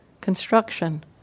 construction